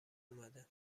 اومده